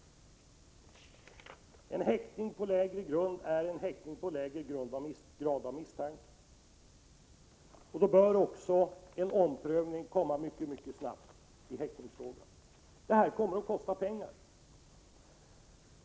En häktning på lägre grund är en häktning på lägre grad av misstanke. Då bör också en omprövning i häktningsfrågan komma mycket snabbt. Det kommer att kosta pengar.